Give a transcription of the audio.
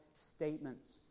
statements